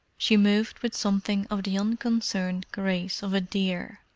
she moved with something of the unconcerned grace of a deer.